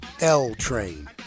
L-Train